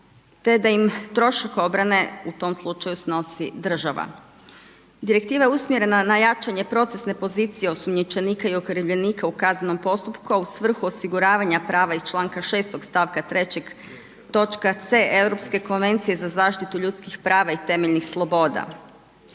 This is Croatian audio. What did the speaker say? te da im trošak obrane u tom slučaju snosi država. Direktiva je usmjerena na jačanje procesne pozicije osumnjičenika i okrivljenika u kaznenom postupku a u svrhu osiguravanja prava iz članka 6. stavka 3. točka c Europske konvencije za zaštitu ljudskih prava i temeljnih sloboda.